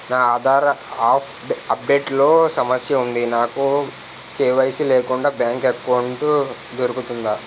నా Aadhaar update లో సమస్య వుంది నాకు కే.వై.సీ లేకుండా బ్యాంక్ ఎకౌంట్దొ రుకుతుందా?